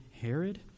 Herod